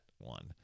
one